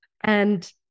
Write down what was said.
And-